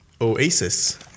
Oasis